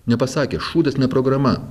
nepasakė šūdas ne programa